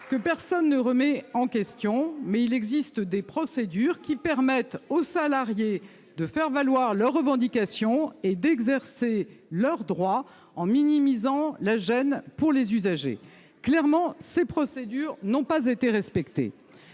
que personne ne remet en question, mais il existe des procédures permettant aux salariés de faire valoir leurs revendications et d'exercer leurs droits en minimisant la gêne pour les usagers. Clairement, ces procédures n'ont pas été respectées.